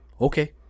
okay